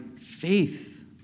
faith